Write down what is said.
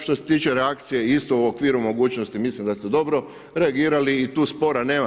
Što se tiče reakcije isto, u okviru mogućnosti mislim da ste dobro reagirali i tu spora nema.